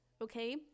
okay